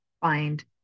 find